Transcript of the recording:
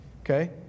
okay